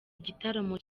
igitaramo